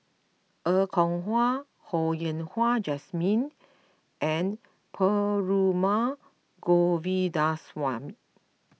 Er Kwong Wah Ho Yen Wah Jesmine and Perumal Govindaswamy